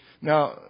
Now